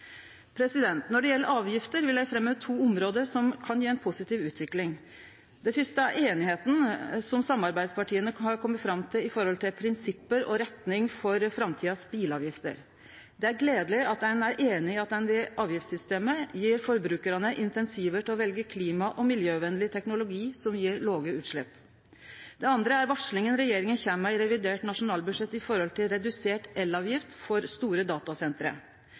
Når det gjeld avgifter, vil eg framheve to område som kan gje ei positiv utvikling. Det fyrste er einigheita som samarbeidspartia har kome fram til når det gjeld prinsipp og retning for framtidas bilavgifter. Det er gledeleg at ein er einig om at ein ved avgiftssystemet gjev forbrukarane incentiv til å velje klima- og miljøvenleg teknologi, som gjev låge utslepp. Det andre er varselet som regjeringa kjem med i revidert nasjonalbudsjett, om redusert elavgift for store